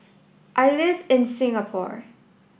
I live in Singapore